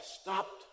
stopped